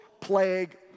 plague